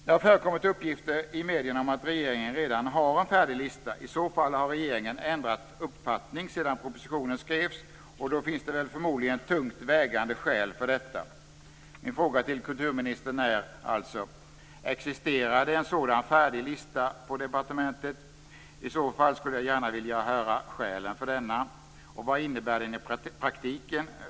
Det har förekommit uppgifter i medierna om att regeringen redan har en färdig lista. I så fall har regeringen ändrat uppfattning sedan propositionen skrevs och då finns det väl förmodligen tungt vägande skäl för detta. Min fråga till kulturministern är alltså: Existerar det en sådan färdig lista på departementet? I så fall skulle jag gärna vilja höra skälen för denna. Och vad innebär den i praktiken?